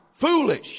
foolish